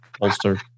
holster